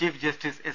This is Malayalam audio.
chief justice S